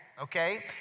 Okay